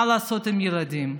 מה לעשות עם הילדים,